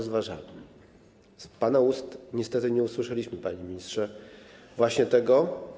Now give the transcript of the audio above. Z pana ust niestety nie usłyszeliśmy, panie ministrze, właśnie tego.